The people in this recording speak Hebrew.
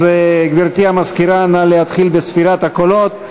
גברתי המזכירה, נא להתחיל בספירת הקולות.